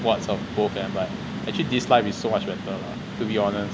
what's on both and I'm like actually this life is so much better lah to be honest